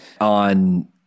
on